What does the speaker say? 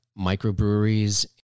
microbreweries